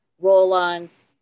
roll-ons